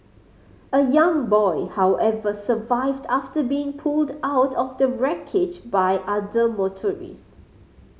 a young boy however survived after being pulled out of the wreckage by other motorist